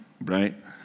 right